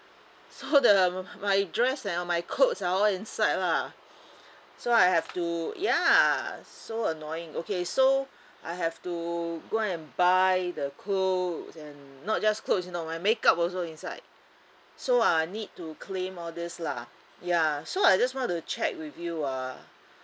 so that uh my dress and my clothes are all inside lah so I have to ya so annoying okay so I have to go and buy the clothes and not just clothes you know my make up also inside so I need to claim all this lah ya so I just want to check with you ah